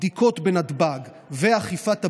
הבדיקות בנתב"ג ואכיפת הבידודים,